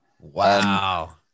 Wow